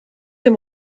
dem